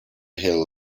hill